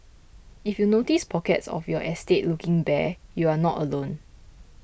if you notice pockets of your estate looking bare you are not alone